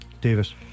Davis